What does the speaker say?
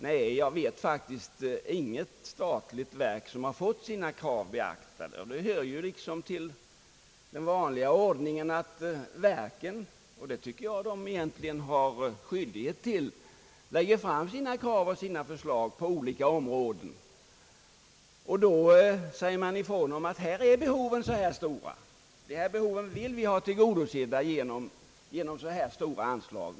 Nej, jag vet inget statligt verk som fått alla sina krav beaktade. Det hör liksom till ordningen att verken — det har de faktiskt skyldighet till — lägger fram sina krav och förslag på olika områden och redovisar de behov som de vill ha tillgodosedda genom så och så stora anslag.